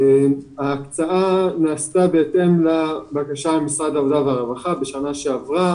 ההקצאה נעשתה בהתאם לבקשת משרד העבודה והרווחה בשנה שעברה,